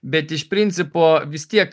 bet iš principo vis tiek